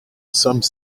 some